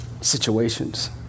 situations